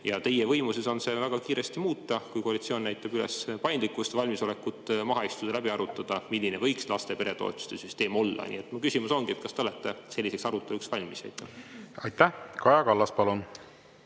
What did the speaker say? Teie võimuses on seda väga kiiresti muuta, kui koalitsioon näitab üles paindlikkust ja valmisolekut maha istuda, läbi arutada, milline võiks laste- ja peretoetuste süsteem olla. Mu küsimus ongi: kas te olete selliseks aruteluks valmis? Aitäh! Kaja Kallas, palun!